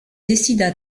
décida